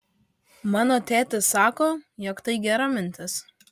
mano tėtis sako jog tai gera mintis